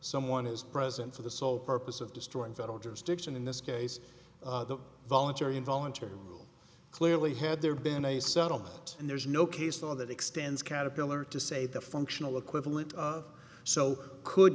someone is present for the sole purpose of destroying federal jurisdiction in this case the voluntary involuntary rule clearly had there been a settlement and there's no case law that extends caterpillar to say the functional equivalent of so could